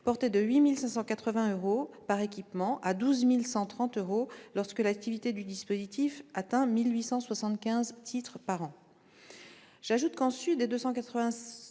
porté à 8 580 euros par équipement et à 12 130 euros lorsque l'activité du dispositif atteint 1 875 titres par an.